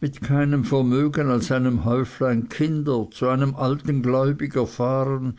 mit keinem vermögen als einem häuflein kinder zu einem alten gläubiger fahren